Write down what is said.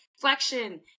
flexion